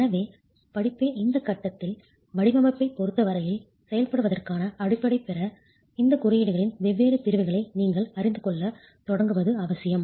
எனவே படிப்பின் இந்த கட்டத்தில் வடிவமைப்பைப் பொறுத்த வரையில் செயல்படுவதற்கான அடிப்படையைப் பெற இந்தக் குறியீடுகளின் வெவ்வேறு பிரிவுகளை நீங்கள் அறிந்துகொள்ளத் தொடங்குவது அவசியம்